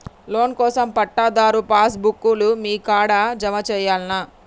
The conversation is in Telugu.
లోన్ కోసం పట్టాదారు పాస్ బుక్కు లు మీ కాడా జమ చేయల్నా?